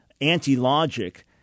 anti-logic